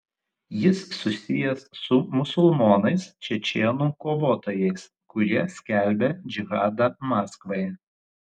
jis susijęs su musulmonais čečėnų kovotojais kurie skelbia džihadą maskvai